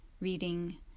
reading